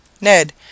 Ned